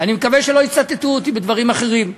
אני מקווה שלא יצטטו אותי בדברים אחרים.